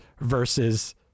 versus